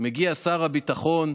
מגיע שר הביטחון,